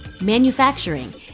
manufacturing